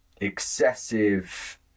excessive